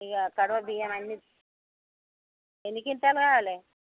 ఇక కరవ బియ్యం అన్నీ ఎన్ని కింటాల్ కావాలి